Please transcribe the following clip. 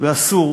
ואסור